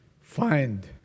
find